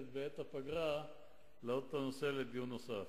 בעת הפגרה להעלות את הנושא לדיון נוסף.